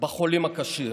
בחולים הקשים,